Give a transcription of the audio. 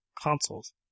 consoles